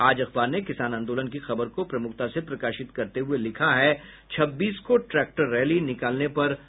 आज अखबार ने किसान आंदोलन की खबर को प्रमुखता से प्रकाशित करते हुये लिखा है छब्बीस को ट्रैक्टर रैली निकालने पर अड़े किसान